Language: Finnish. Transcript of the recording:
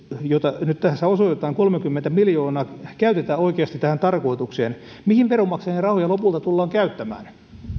joita nyt tässä osoitetaan kolmekymmentä miljoonaa käytetä oikeasti tähän tarkoitukseen mihin veronmaksajien rahoja lopulta tullaan käyttämään